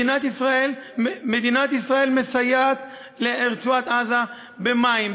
מדינת ישראל מסייעת לרצועת-עזה במים,